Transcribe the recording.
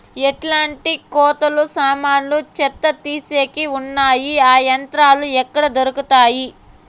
ఎట్లాంటి కోతలు సామాన్లు చెత్త తీసేకి వున్నాయి? ఆ యంత్రాలు ఎక్కడ దొరుకుతాయి?